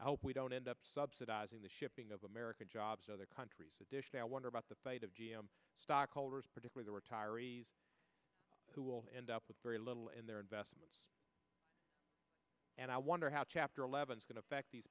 out we don't end up subsidizing the shipping of american jobs to other countries additionally i wonder about the fate of g m stock holders particular retirees who will end up with very little in their investments and i wonder how chapter eleven is going to affect these